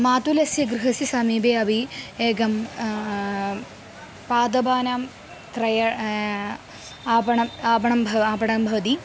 मातुलस्य गृहस्य समीपे अपि एकं पादपानां क्रयण आपणम् आपणं भव आपणं भवति